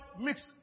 mix